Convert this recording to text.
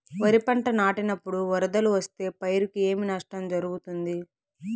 వరిపంట నాటినపుడు వరదలు వస్తే పైరుకు ఏమి నష్టం జరుగుతుంది?